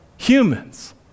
humans